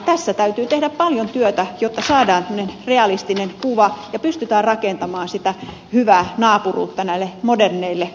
tässä täytyy tehdä paljon työtä jotta saadaan semmoinen realistinen kuva ja pystytään rakentamaan sitä hyvää naapuruutta näille moderneille asioille